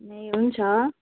ए हुन्छ